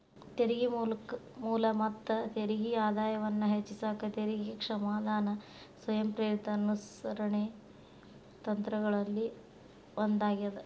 ತೆರಿಗೆ ಮೂಲ ಮತ್ತ ತೆರಿಗೆ ಆದಾಯವನ್ನ ಹೆಚ್ಚಿಸಕ ತೆರಿಗೆ ಕ್ಷಮಾದಾನ ಸ್ವಯಂಪ್ರೇರಿತ ಅನುಸರಣೆ ತಂತ್ರಗಳಲ್ಲಿ ಒಂದಾಗ್ಯದ